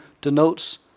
denotes